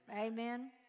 Amen